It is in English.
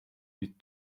fit